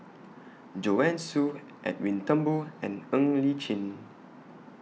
Joanne Soo Edwin Thumboo and Ng Li Chin